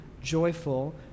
joyful